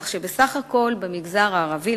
כך שבסך הכול במגזר הערבי,